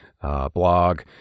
blog